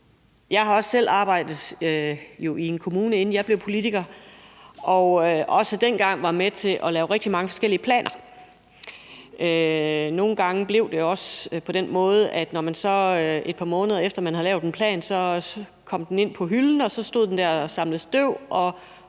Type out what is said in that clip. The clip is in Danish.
Jeg har også selv arbejdet i en kommune, inden jeg blev politiker, og jeg var dengang også med til at lave rigtig mange forskellige planer, og nogle gange blev det også på den måde, at en plan, som man havde lavet, efter et par måneder kom ind at stå på hylden, og den så stod der og samlede støv,